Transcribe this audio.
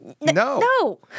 no